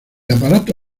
aparato